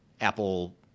Apple